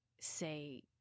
say